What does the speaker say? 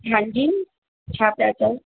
हांजी छा पिया चओ